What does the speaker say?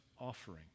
offering